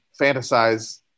fantasize